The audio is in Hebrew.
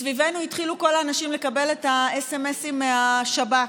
מסביבנו התחילו כל האנשים לקבל את הסמ"סים מהשב"כ,